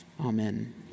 Amen